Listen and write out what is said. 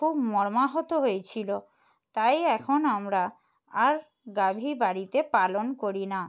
খুব মর্মাহত হয়েছিল তাই এখন আমরা আর গাভী বাড়িতে পালন করি না